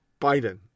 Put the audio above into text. Biden